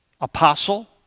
Apostle